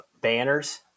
banners